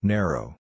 Narrow